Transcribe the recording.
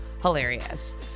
hilarious